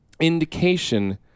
indication